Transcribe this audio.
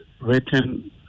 written